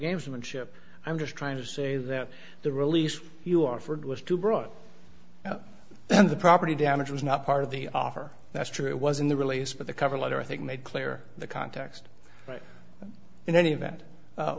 gamesmanship i'm just trying to say that the release you offered was too broad and the property damage was not part of the offer that's true it was in the release but the cover letter i think made clear the context but in any event